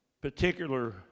particular